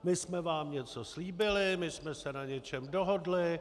My jsme vám něco slíbili, my jsme se na něčem dohodli.